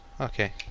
Okay